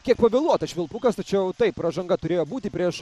kiek pavėluotas švilpukas tačiau taip pražanga turėjo būti prieš